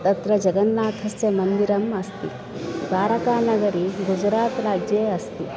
तत्र जगन्नाथस्य मन्दिरम् अस्ति द्वारकानगरी गुजरात् राज्ये अस्ति